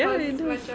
ya it does